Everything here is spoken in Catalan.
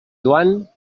joan